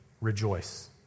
rejoice